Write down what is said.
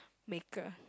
maker